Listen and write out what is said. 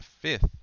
fifth